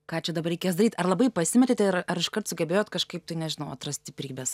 ką čia dabar reikės daryt ar labai pasimetėte ir ar iškart sugebėjot kažkaip tai nežinau atrast stiprybės